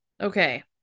okay